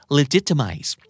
legitimize